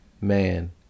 man